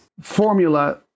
formula